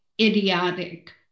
idiotic